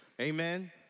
amen